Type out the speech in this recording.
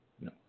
no